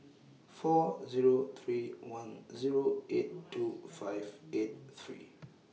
four Zero three one Zero eight two five eight three